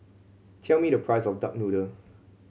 tell me the price of duck noodle